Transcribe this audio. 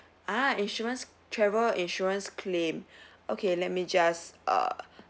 ah insurance travel insurance claim okay let me just err